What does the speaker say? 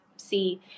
See